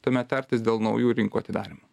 tuomet tartis dėl naujų rinkų atidarymo